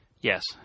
Yes